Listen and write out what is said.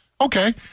Okay